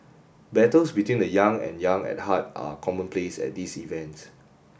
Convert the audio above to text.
battles between the young and young at heart are commonplace at these events